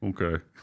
Okay